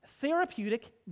therapeutic